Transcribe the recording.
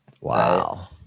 Wow